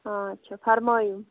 آچھا فَرمٲیِو